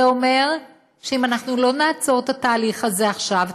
זה אומר שאם אנחנו לא נעצור את התהליך הזה עכשיו,